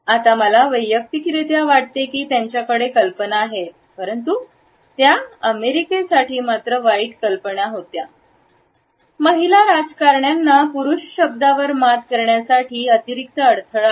आता मला वैयक्तिकरित्या वाटते की त्यांच्याकडे कल्पना आहेत परंतु त्या अमेरिका साठी मात्र वाईट कल्पना होत्या महिला राजकारण्यांना पुरुष शब्दावर मात करण्यासाठी अतिरिक्त अडथळा आहे